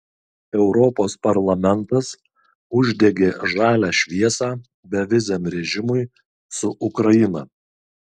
europos parlamentas uždegė žalią šviesą beviziam režimui su ukraina